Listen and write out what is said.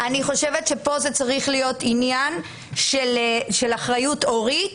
אני חושבת שפה זה צריך להיות עניין של אחריות הורית